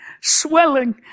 swelling